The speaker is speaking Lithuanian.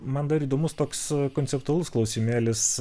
man dar įdomus toks konceptualus klausimėlis